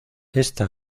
esta